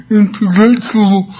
intellectual